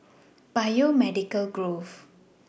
Biomedical Grove